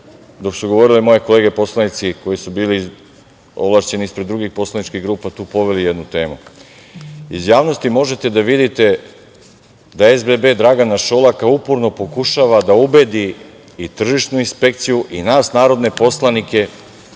dok su govorile moje kolege poslanici koji su bili ovlašćeni ispred drugih poslaničkih grupa, tu poveli jednu temu. Iz javnosti možete da vidite da SBB Dragana Šolaka uporno pokušava da ubedi i tržišnu inspekciju i nas narodne poslanike